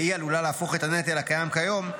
והיא עלולה להפוך את הנטל הקיים כיום,